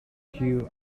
queue